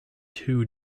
two